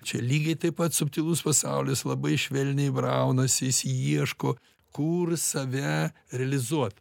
čia lygiai taip pat subtilus pasaulis labai švelniai braunasi jis ieško kur save realizuot